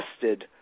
tested